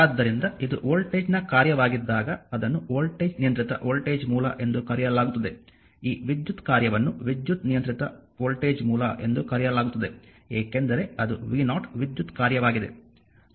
ಆದ್ದರಿಂದ ಇದು ವೋಲ್ಟೇಜ್ನ ಕಾರ್ಯವಾಗಿದ್ದಾಗ ಅದನ್ನು ವೋಲ್ಟೇಜ್ ನಿಯಂತ್ರಿತ ವೋಲ್ಟೇಜ್ ಮೂಲ ಎಂದು ಕರೆಯಲಾಗುತ್ತದೆ ಈ ವಿದ್ಯುತ್ ಕಾರ್ಯವನ್ನು ವಿದ್ಯುತ್ ನಿಯಂತ್ರಿತ ವೋಲ್ಟೇಜ್ ಮೂಲ ಎಂದು ಕರೆಯಲಾಗುತ್ತದೆ ಏಕೆಂದರೆ ಅದು v0 ವಿದ್ಯುತ್ ಕಾರ್ಯವಾಗಿದೆ